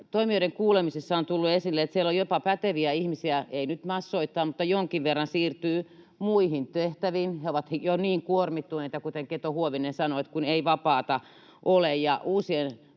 Toimijoiden kuulemisissa on tullut esille, että siellä jopa päteviä ihmisiä — ei nyt massoittain, mutta jonkin verran — siirtyy muihin tehtäviin. He ovat jo niin kuormittuneita, kuten Keto-Huovinen sanoi, kun ei vapaata ole